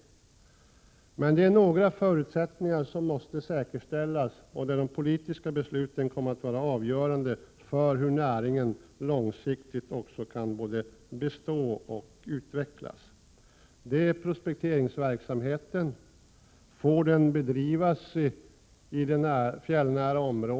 Då måste emellertid några förutsättningar säkerställas, och de politiska besluten kommer att vara avgörande för hur näringen också långsiktigt kan både bestå och utvecklas. Jag tänker främst på prospekteringsverksamheten. Får denna bedrivas i det fjällnära området? Kan 89 Prot.